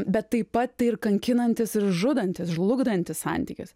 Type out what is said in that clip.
bet taip pat tai ir kankinantis ir žudantis žlugdantis santykis